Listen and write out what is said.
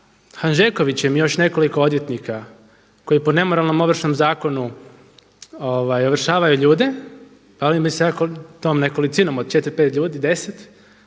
Hanžekovićem i još nekoliko odvjetnika koji po nemoralnom Ovršnom zakonu ovršavaju ljude, a ovdje … tom nekolicinom od 4, 5 ljudi, 10,